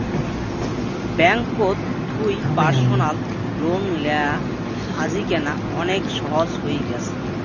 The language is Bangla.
ব্যাঙ্ককোত থুই পার্সনাল লোন লেয়া আজিকেনা অনেক সহজ হই গ্যাছে